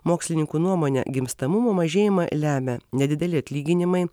mokslininkų nuomone gimstamumo mažėjimą lemia nedideli atlyginimai